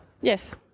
Yes